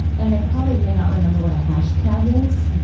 and they probably may not remember what a hashtag is,